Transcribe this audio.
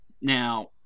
Now